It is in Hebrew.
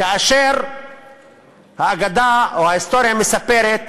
כאשר האגדה או ההיסטוריה מספרת